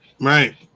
right